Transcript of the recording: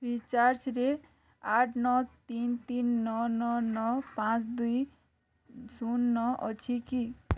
free ଚାର୍ଜ୍ରେ ଆଠ ନଅ ତିନ ତିନ ନଅ ନଅ ନଅ ପାଞ୍ଚ ଦୁଇ ଶୂନ ନଅ ଅଛି କି